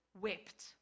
wept